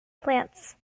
plants